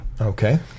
okay